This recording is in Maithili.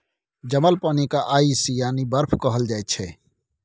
जमल पानि केँ आइस यानी बरफ कहल जाइ छै